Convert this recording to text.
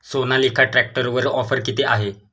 सोनालिका ट्रॅक्टरवर ऑफर किती आहे?